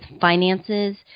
finances